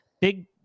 big